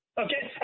okay